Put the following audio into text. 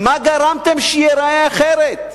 מה גרמתם שייראה אחרת?